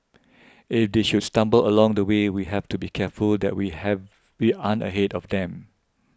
if they should stumble along the way we have to be careful that we have we aren't ahead of them